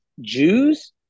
Jews